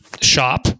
shop